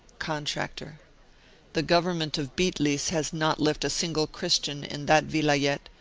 contractor the government of bitlis has not left a single christian in that vilayet,